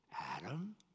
Adam